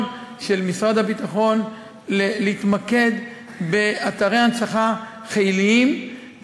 של משרד הביטחון להתמקד באתרי הנצחה חיליים,